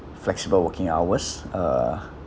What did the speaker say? flexible working hours uh